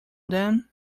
then